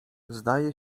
zdaje